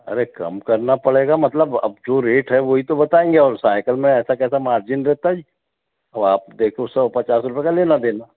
अरे कम करना पड़ेगा मतलब अब जो रेट है वो ही तो बतायेंगे और सायकल में ऐसा कैसा मार्जिन रहता ही और आप देखो सौ पचास रुपए का लेना देना